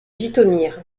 jytomyr